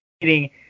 meeting